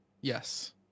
yes